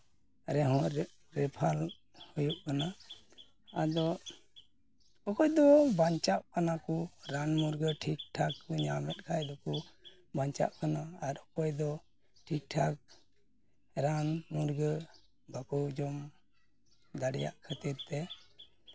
ᱨᱮᱦᱚᱸ ᱨᱮᱯᱷᱟᱨ ᱦᱩᱭᱩᱜ ᱠᱟᱱᱟ ᱟᱫᱚ ᱚᱠᱚᱭ ᱫᱚ ᱵᱟᱧᱪᱟᱜ ᱠᱟᱱᱟ ᱠᱚ ᱨᱟᱱ ᱢᱩᱨᱜᱟᱹᱱ ᱴᱷᱤᱠ ᱴᱷᱟᱠ ᱠᱚ ᱧᱟᱢᱮᱜ ᱠᱷᱟᱡ ᱫᱚᱠᱚ ᱵᱟᱧᱪᱟᱜ ᱠᱟᱱᱟ ᱟᱨ ᱚᱠᱚᱭ ᱫᱚ ᱴᱷᱤᱠ ᱴᱷᱟᱠ ᱨᱟᱱ ᱢᱩᱨᱜᱟᱹ ᱵᱟᱠᱚ ᱡᱚᱢ ᱫᱟᱲᱮᱭᱟᱜ ᱠᱷᱟᱹᱛᱤᱨ ᱛᱮ